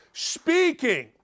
Speaking